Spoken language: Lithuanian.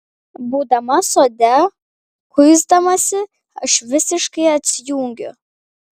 būdama sode kuisdamasi aš visiškai atsijungiu